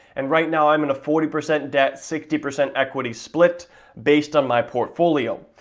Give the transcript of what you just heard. and right now i'm in a forty percent debt, sixty percent equity split based on my portfolio.